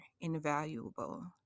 invaluable